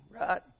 right